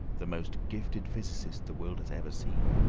the most gifted physicist the world has ever seen,